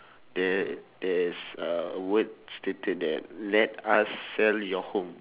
there there's a word stated there let us sell your home